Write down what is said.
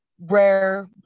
rare